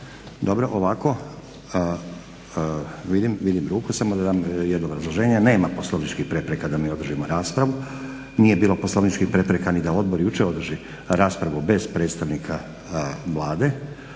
Dobro, ovako. Vidim ruku, samo da dam jedno obrazloženje. Nema poslovničkih prepreka da mi održimo raspravu, nije bilo poslovničkih prepreka ni da odbor jučer održi raspravu bez predstavnika Vlade.